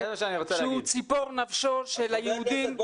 שהוא ציפור נפשו של היהודים בארץ ישראל.